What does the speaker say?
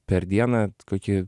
per dieną kokį